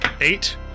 Eight